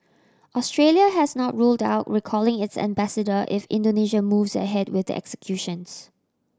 Australia has not ruled out recalling its ambassador if Indonesia moves ahead with the executions